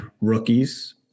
rookies